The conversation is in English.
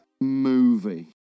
movie